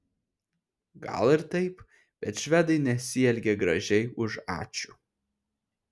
gal ir taip bet švedai nesielgia gražiai už ačiū